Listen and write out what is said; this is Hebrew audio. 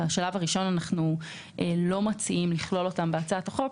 אנחנו לא מציעים לכלול אותם בהצעת החוק,